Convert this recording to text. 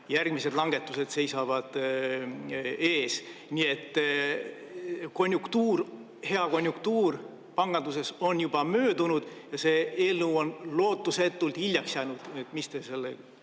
järgmised langetused seisavad ees. Nii et konjunktuur, hea konjunktuur, panganduses on juba möödunud ja see eelnõu on lootusetult hiljaks jäänud. Mis te selle